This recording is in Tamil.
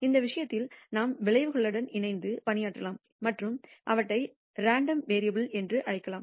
அந்த விஷயத்தில் நாம் விளைவுகளுடன் இணைந்து பணியாற்றலாம் மற்றும் அவற்றை ரேண்டம் வேரியபுல் என்று அழைக்கலாம்